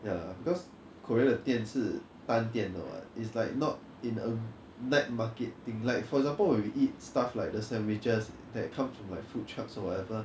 ya because korea 的店是单店的 [what] is like not in a night market thing like for example if you eat stuff like the sandwiches that comes from like food trucks or whatever